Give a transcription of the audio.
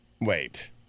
Wait